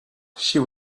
she